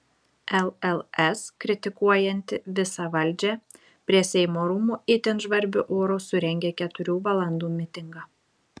lls kritikuojanti visą valdžią prie seimo rūmų itin žvarbiu oru surengė keturių valandų mitingą